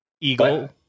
eagle